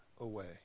away